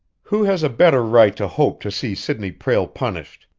who has a better right to hope to see sidney prale punished?